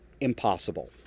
impossible